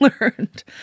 learned